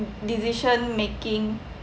decision making